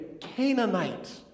Canaanite